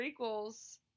prequels